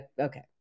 okay